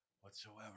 whatsoever